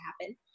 happen